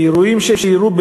האירועים שאירעו,